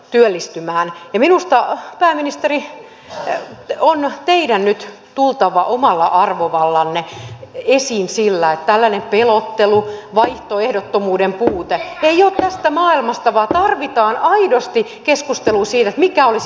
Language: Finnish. ja minusta pääministeri teidän on nyt tultava omalla arvovallallanne esiin että tällainen pelottelu vaihtoehdottomuuden puute ei ole tästä maailmasta vaan tarvitaan aidosti keskustelua siitä mikä olisi